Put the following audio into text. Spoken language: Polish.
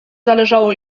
zależało